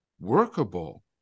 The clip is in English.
workable